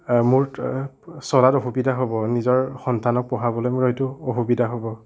মোৰ চলাটো অসুবিধা হ'ব নিজৰ সন্তানক পঢ়াবলৈ মোৰ হয়টো অসুবিধা হ'ব